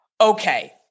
Okay